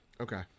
Okay